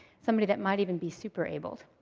somebody that might even be super-abled.